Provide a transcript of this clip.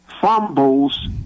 fumbles